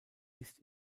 ist